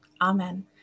Amen